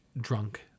drunk